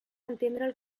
entendre